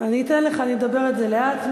בבקשה להצביע.